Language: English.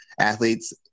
athletes